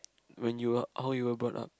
when you are how you were brought up